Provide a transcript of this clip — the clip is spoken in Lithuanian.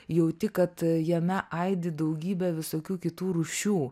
jauti kad jame aidi daugybė visokių kitų rūšių